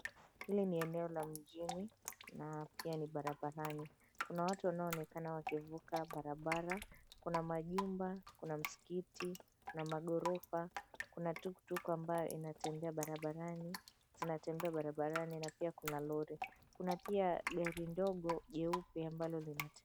Hili ni eneo la mjini barabarani. Kuna watu wanaonekana wakivuka barabara, kuna majumba, kuna msikiti na maghorofa. Kuna tuktuk ambayo inatembea barabarani, zinatembea barabarani na pia kuna lori. Kuna pia gari ndogo jeupe ambalo.